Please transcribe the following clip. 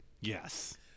Yes